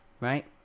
Right